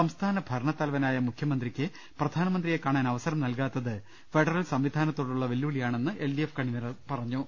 സംസ്ഥാന ഭരണത്തലവനായ മുഖ്യമന്ത്രിക്ക് പ്രധാനമന്ത്രിയെ കാണാൻ അവസരം നൽകാത്തത് ഫെഡ റൽ സംവിധാനത്തോടുള്ള വെല്ലുവിളിയാണെന്ന് L D F convener വെളിപ്പെടുത്തി